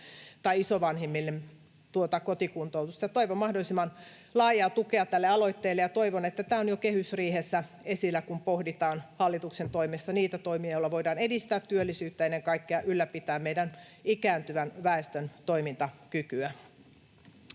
tai isovanhemmillemme kotikuntoutusta. Toivon mahdollisimman laajaa tukea tälle aloitteelle, ja toivon, että tämä on jo kehysriihessä esillä, kun pohditaan hallituksen toimesta niitä toimia, joilla voidaan edistää työllisyyttä ja ennen kaikkea ylläpitää meidän ikääntyvän väestön toimintakykyä.